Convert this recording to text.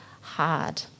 hard